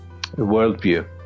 worldview